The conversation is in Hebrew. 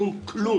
שום כלום.